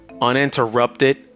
uninterrupted